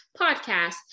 podcast